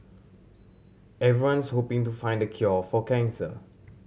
everyone's hoping to find the cure for cancer